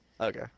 okay